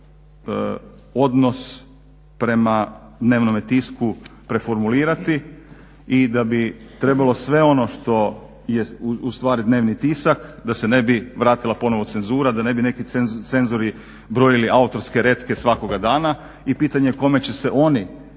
trebalo odnos prema dnevnome tisku preformulirati i da bi trebalo sve ono što je ustvari dnevni tisak da se ne bi vratila ponovno cenzura, da ne bi neki cenzuri brojili autorske retke svakoga dana i pitanje kome će se oni koji